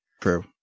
True